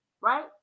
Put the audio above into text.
right